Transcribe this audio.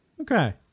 Okay